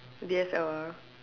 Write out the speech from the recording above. D_S_L_R